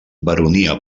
baronia